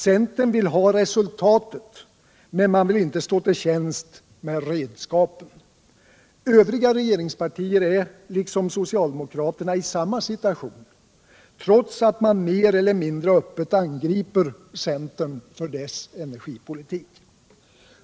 Centern vill ha resultatet, men man vill inte stå till tjänst med redskapen. Övriga regeringspartier är, liksom socialdemokraterna, i samma situation, trots att man mer eller mindre öppet angriper centern för dess energipolitik.